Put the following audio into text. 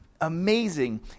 amazing